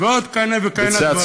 ועוד כהנה וכהנה דברים.